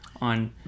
on